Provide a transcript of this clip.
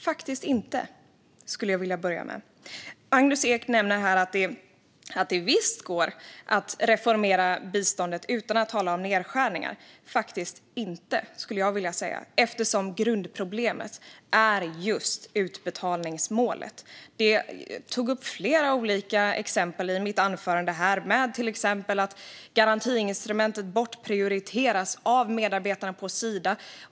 Fru talman! Magnus Ek hävdar att det visst går att reformera biståndet utan att tala om nedskärningar. Faktiskt inte, skulle jag vilja säga, eftersom grundproblemet just är utbetalningsmålet. Jag tog upp flera olika exempel i mitt anförande. Till exempel bortprioriteras garantiinstrumentet av medarbetarna på Sida.